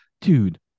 dude